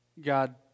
God